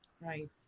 Right